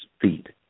feet